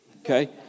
Okay